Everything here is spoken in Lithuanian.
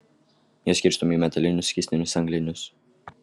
jie skirstomi į metalinius skystinius anglinius